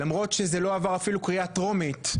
למרות שזה לא עבר אפילו קריאה טרומית,